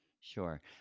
Sure